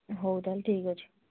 ହଉ ତାହେଲେ ଠିକ୍ ଅଛି